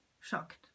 shocked